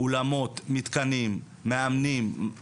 אולמות, מתקנים, מאמנים, אגודות,